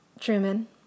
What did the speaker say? Truman